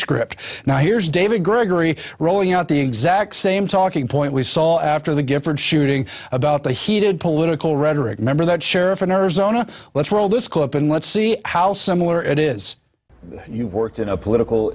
script now here's david gregory rolling out the exact same talking point we saw after the giffords shooting about the heated political rhetoric remember that sheriff unnerves zona let's roll this clip and let's see how similar it is you've worked in a political